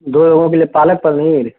दो लोगों के लिए पालक पनीर